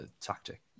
tactic